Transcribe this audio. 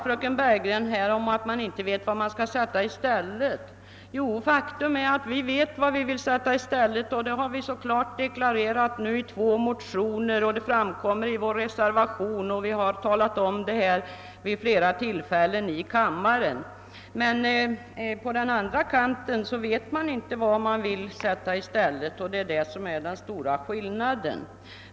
Fröken Bergegren sade att man inte vet vad man skall sätta i stället. Faktum är att vi vet vad vi vill sätta i stället, och det har vi klart deklarerat i två motioner, det framhålls i vår reservation och vi har även talat om det här vid flera tillfällen i kammaren. Men på den andra kanten vet man inte vad man vill sätta i stället, och det är det som är den stora skillnaden.